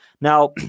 Now